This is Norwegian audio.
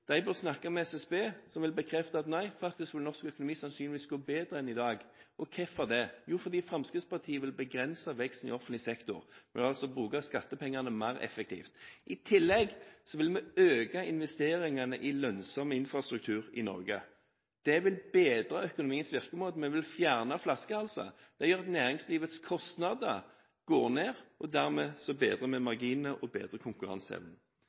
De bør snakke med SSB, som vil bekrefte at norsk økonomi sannsynligvis vil gå bedre enn i dag. Og hvorfor det? Jo, fordi Fremskrittspartiet vil begrense veksten i offentlig sektor. Vi vil altså bruke skattepengene mer effektivt. I tillegg vil vi øke investeringene i lønnsom infrastruktur i Norge. Det vil bedre økonomiens virkemåte. Vi vil fjerne flaskehalser. Det gjør at næringslivets kostnader går ned, og dermed bedrer vi marginene, og vi bedrer konkurranseevnen.